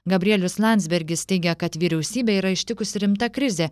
gabrielius landsbergis teigia kad vyriausybę yra ištikusi rimta krizė